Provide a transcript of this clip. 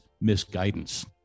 misguidance